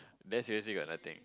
there seriously got nothing